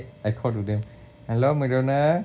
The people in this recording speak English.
let's say I call to them